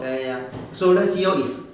ya ya ya so let's see lor if